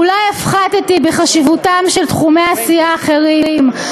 אולי הפחתתי בחשיבותם של תחומי עשייה אחרים,